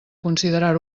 considerar